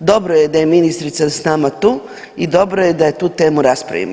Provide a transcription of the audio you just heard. dobro je da je ministrica s nama tu i dobro je da tu temu raspravimo.